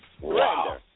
Wow